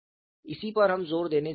इसी पर हम जोर देने जा रहे हैं